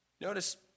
Notice